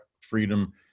freedom